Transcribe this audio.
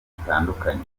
zitandukanye